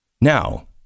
now